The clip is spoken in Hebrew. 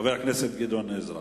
חבר הכנסת גדעון עזרא.